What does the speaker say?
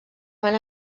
van